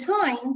time